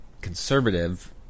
conservative